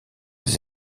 des